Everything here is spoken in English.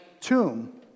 tomb